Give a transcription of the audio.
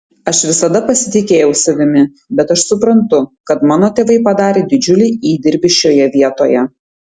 aš visada pasitikėjau savimi bet aš suprantu kad mano tėvai padarė didžiulį įdirbį šioje vietoje